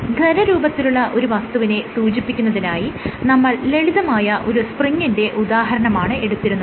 ഖരരൂപത്തിലുള്ള ഒരു വസ്തുവിനെ സൂചിപ്പിക്കുന്നതിനായി നമ്മൾ ലളിതമായ ഒരു സ്പ്രിങിന്റെ ഉദാഹരണമാണ് എടുത്തിരുന്നത്